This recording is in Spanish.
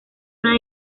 una